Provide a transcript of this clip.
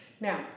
Now